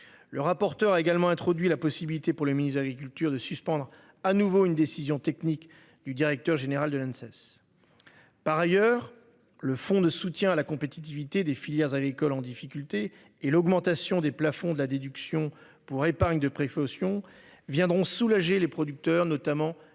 Le rapporteur a également introduit la possibilité pour le ministre de l'Agriculture, de suspendre à nouveau une décision technique du directeur général de l'ASS. Par ailleurs, le fonds de soutien à la compétitivité des filières agricoles en difficultés et l'augmentation des plafonds de la déduction pour épargne de précaution viendront soulager les producteurs notamment les éleveurs